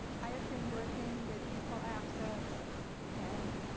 i have been working with equal access and